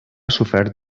sofert